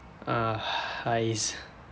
ah